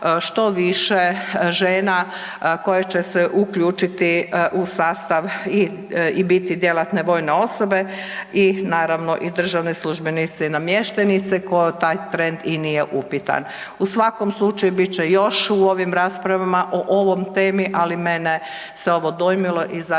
što više žena koje će se uključiti u sastav i biti djelatne vojne osobe i naravno državne službenice i namještenice taj trend i nije upitan. U svakom slučaju bit će još u ovim raspravama o ovoj temi, ali mene se ovo dojmilo i zaista